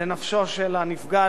לנפשו של הנפגע,